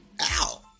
Ow